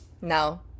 Now